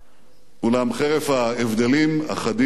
אולם חרף ההבדלים החדים בינינו,